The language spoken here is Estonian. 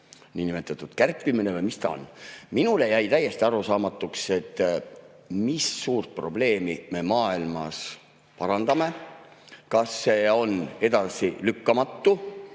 niinimetatud kärpimine või mis ta on! Minule jäi täiesti arusaamatuks, mis suurt probleemi me maailmas parandame, kas see on edasilükkamatu